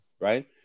right